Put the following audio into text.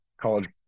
college